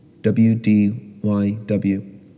WDYW